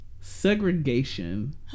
segregation